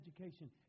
education